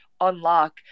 unlock